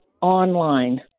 online